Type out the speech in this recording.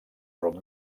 rumb